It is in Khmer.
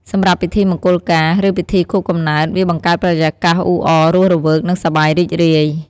សម្រាប់ពិធីមង្គលការ ឬពិធីខួបកំណើត វាបង្កើតបរិយាកាសអ៊ូអរ រស់រវើក និងសប្បាយរីករាយ។